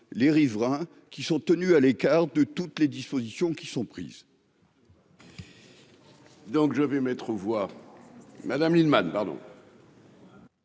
les riverains qui sont tenus à l'écart de toutes les dispositions qui sont prises.